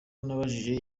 nabajije